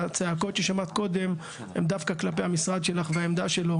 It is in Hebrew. הצעקות ששמעת קודם הן דווקא כלפי המשרד שלך והעמדה שלו,